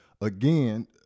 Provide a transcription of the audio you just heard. Again